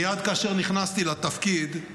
מייד כאשר נכנסתי לתפקיד,